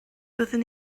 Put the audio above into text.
byddwn